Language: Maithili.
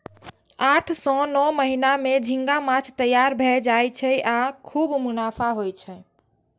आठ सं नौ महीना मे झींगा माछ तैयार भए जाय छै आ खूब मुनाफा होइ छै